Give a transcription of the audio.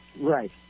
Right